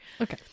okay